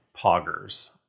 poggers